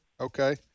Okay